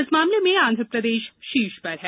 इस मामले में आंध्रप्रदेश शीर्ष पर है